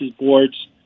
boards